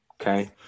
Okay